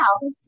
wow